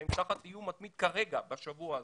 שנמצאים תחת איום מתמיד כרגע, בשבוע הזה.